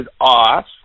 off